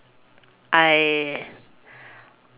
I